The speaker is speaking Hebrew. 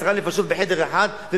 עשר נפשות בחדר אחד,